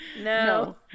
No